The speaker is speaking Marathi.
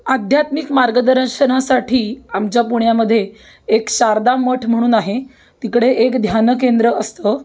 आध्यात्मिक मार्गदर्शनासाठी आमच्या पुण्यामध्ये एक शारदा मठ म्हणून आहे तिकडे एक ध्यानकेंद्र असतं